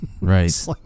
Right